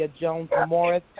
Jones-Morris